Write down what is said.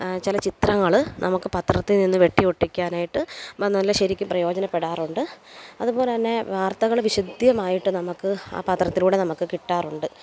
ചില ചിത്രങ്ങൾ നമുക്ക് പത്രത്തിൽ നിന്ന് വെട്ടിയൊട്ടിക്കാനായിട്ട് ഇപ്പം നല്ല ശരിക്കും പ്രയോജനപ്പെടാറുണ്ട് അതുപോലെ തന്നെ വാർത്തകൾ വിശദമായിട്ട് നമുക്ക് ആ പത്രത്തിലൂടെ നമുക്ക് കിട്ടാറുണ്ട്